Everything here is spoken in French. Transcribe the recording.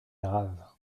grave